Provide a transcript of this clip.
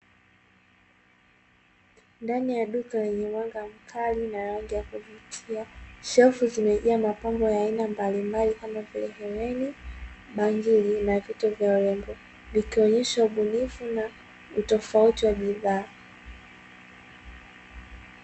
Ndani ya duka lenye mwanga mkali na kuvutia , shafu zimejaa mapambo ya rangi mbalimbali kama vile hereni, bangili, na vitu vya urembo vikionyesha ubunifu na utofauti wa bidhaa.